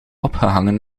opgehangen